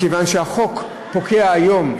מכיוון שתוקף החוק פוקע היום,